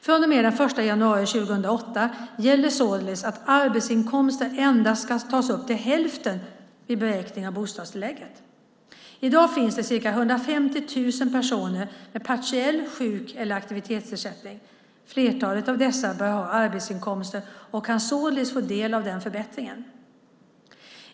Från och med den 1 januari 2008 gäller således att arbetsinkomsterna endast ska tas upp till hälften vid beräkning av bostadstillägget. I dag finns det ca 150 000 personer med partiell sjuk eller aktivitetsersättning. Flertalet av dessa bör ha arbetsinkomster och kan således få del av den förbättringen.